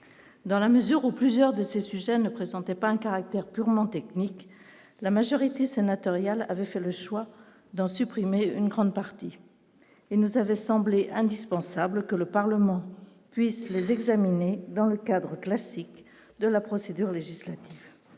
dans la mesure où plusieurs de ces sujets ne présentait pas un caractère purement technique, la majorité sénatoriale avait fait le choix d'en supprimer une grande partie et nous avait semblé indispensable que le Parlement puisse les examiner dans le cadre classique de la procédure législative,